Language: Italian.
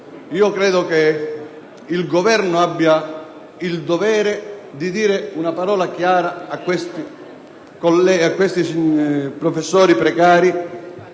Credo che il Governo abbia il dovere di dire una parola chiara a questi docenti precari,